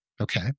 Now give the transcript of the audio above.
Okay